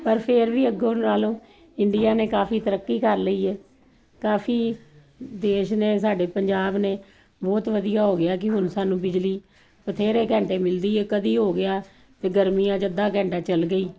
ਪਰ ਫਿਰ ਵੀ ਅੱਗੋਂ ਨਾਲੋਂ ਇੰਡੀਆ ਨੇ ਕਾਫੀ ਤਰੱਕੀ ਕਰ ਲਈ ਹ ਕਾਫੀ ਦੇਸ਼ ਨੇ ਸਾਡੇ ਪੰਜਾਬ ਨੇ ਬਹੁਤ ਵਧੀਆ ਹੋ ਗਿਆ ਕਿ ਹੁਣ ਸਾਨੂੰ ਬਿਜਲੀ ਬਥੇਰੇ ਘੰਟੇ ਮਿਲਦੀ ਏ ਕਦੀ ਹੋ ਗਿਆ ਤੇ ਗਰਮੀਆਂ ਚ ਅੱਧਾ ਘੰਟਾ ਚੱਲ ਗਈ